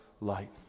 light